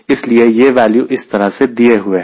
इसलिए यह वैल्यू इस तरह से दिए हुए हैं